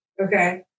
Okay